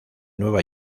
nueva